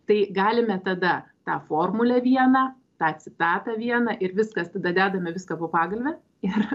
tai galime tada tą formulę vieną tą citatą vieną ir viskas tada dedame viską po pagalve ir